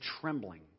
trembling